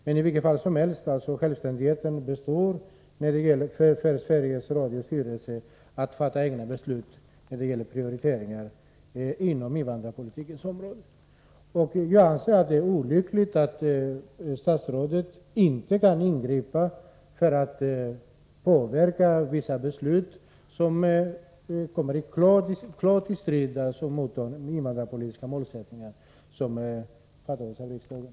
Men i vilket fall som helst: självständigheten består för Sveriges Radios styrelse när det gäller att fatta egna beslut om prioriteringar på invandrarpolitikens område. Jag anser att det är olyckligt att statsrådet inte kan ingripa för att påverka vissa beslut, som klart kommer i strid med de invandrarpolitiska målsättningar som fastställts av riksdagen.